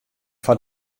foar